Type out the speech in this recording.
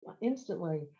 instantly